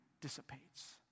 dissipates